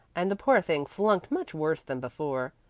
and the poor thing flunked much worse than before.